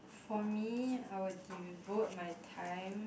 for me I will devote my time